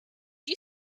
you